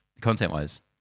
content-wise